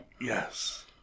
Yes